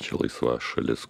čia laisva šalis